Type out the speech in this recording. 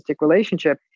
relationship